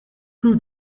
who